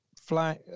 fly